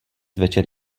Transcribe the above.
večer